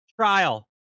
trial